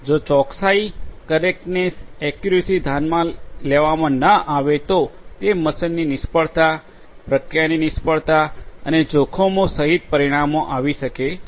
જો ચોકસાઈ correctness accuracy ધ્યાનમાં લેવામાં ન આવે તો તે મશીનની નિષ્ફળતા પ્રક્રિયાની નિષ્ફળતા અને જોખમો સહિત પરિણામો આવી શકે છે